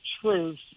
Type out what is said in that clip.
truth